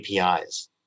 APIs